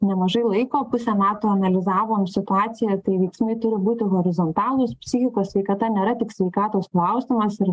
nemažai laiko pusę metų analizavom situaciją tai veiksmai turi būti horizontalūs psichikos sveikata nėra tik sveikatos klausimas ir